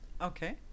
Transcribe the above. Okay